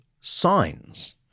signs